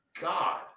God